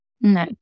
no